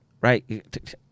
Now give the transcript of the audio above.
Right